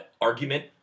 argument